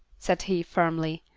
said he firmly,